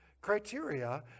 criteria